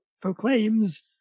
proclaims